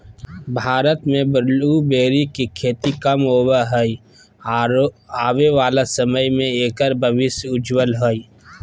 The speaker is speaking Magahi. भारत में ब्लूबेरी के खेती कम होवअ हई आरो आबे वाला समय में एकर भविष्य उज्ज्वल हई